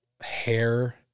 hair